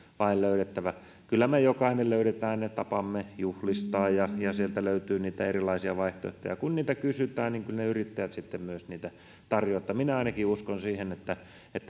vain löydettävä kyllä me jokainen löydämme ne tapamme juhlistaa ja ja sieltä löytyy niitä erilaisia vaihtoehtoja kun niitä kysytään niin kyllä ne yrittäjät sitten myös niitä tarjoavat minä ainakin uskon siihen että